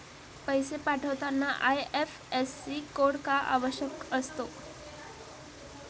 पैसे पाठवताना IFSC code का आवश्यक असतो?